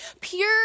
Pure